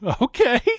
okay